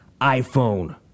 iPhone